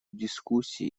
дискуссии